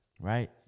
Right